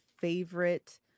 favorite